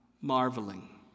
marveling